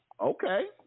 okay